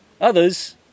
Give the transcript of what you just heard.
Others